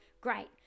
great